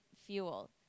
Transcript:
fuel